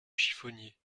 chiffonnier